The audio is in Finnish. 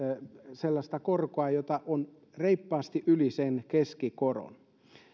sellaista korkoa joka on reippaasti yli sen keskikoron